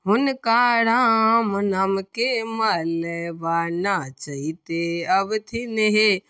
हुनका राम नामके मलबा नचैते अबथिन हे